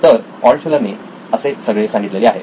तर ऑल्टशुलर ने असे सगळे सांगितलेले आहे